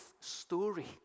story